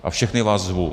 A všechny vás zvu.